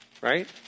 Right